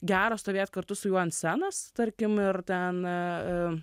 gera stovėti kartu su juo ant scenos tarkim ir ten na